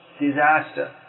Disaster